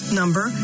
number